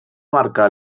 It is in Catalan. marcar